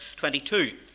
22